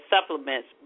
supplements